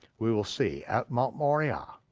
we will see at mount moriah,